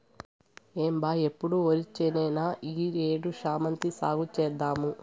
ఏం బా ఎప్పుడు ఒరిచేనేనా ఈ ఏడు శామంతి సాగు చేద్దాము